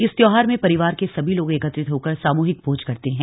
इस त्योहार में परिवार के सभी लोग एकत्रित होकर सामूहिक भोज करते हैं